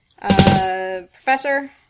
Professor